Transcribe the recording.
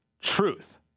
truth